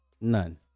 None